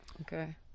Okay